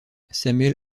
samuel